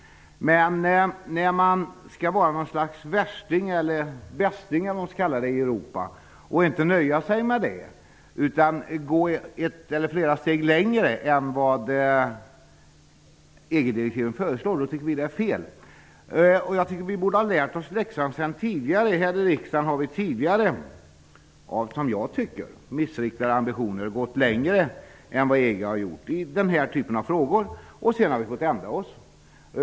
Men när man skall vara något slags värsting -- eller bästing -- i Europa och gå flera steg längre än vad EG-direktiven föreslår, tycker vi att detta är fel. Vi borde ha lärt oss läxan. Här i riksdagen har vi tidigare av -- som jag ser det -- missriktade ambitioner gått längre än vad EG har gjort när det gäller den här typen av frågor. Sedan har vi fått ändra oss.